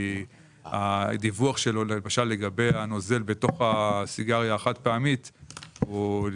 כי שולחים את הנוזל בתוך הסיגריה החד פעמית למעבדה.